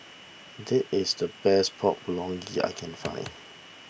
this is the best Pork Bulgogi I can find